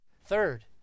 third